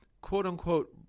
quote-unquote